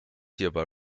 hierbei